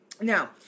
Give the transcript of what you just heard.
Now